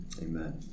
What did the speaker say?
Amen